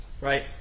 right